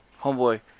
homeboy